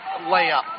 layup